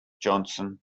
johnson